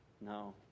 No